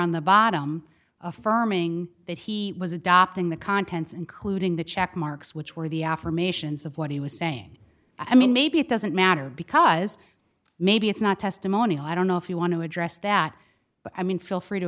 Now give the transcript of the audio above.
on the bottom affirming that he was adopting the contents including the check marks which were the affirmations of what he was saying i mean maybe it doesn't matter because maybe it's not testimony i don't know if you want to address that but i mean feel free to